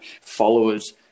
followers